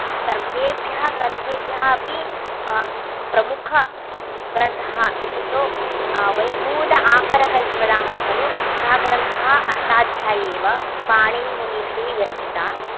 सर्वेभ्यः ग्रन्थेभ्यः अपि प्रमुखग्रन्थः इत्युक्तौ वयं मूल आकरः इति वदामः खलु सः ग्रन्थः अष्टाध्यायी एव पाणिनिमुनिभिः विरचिता